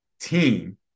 team